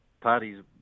parties